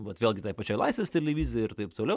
vat vėlgi toj pačioj laisvės televizijoj ir taip toliau